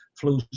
flew